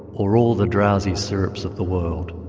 or all the drowsy syrups of the world,